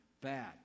bad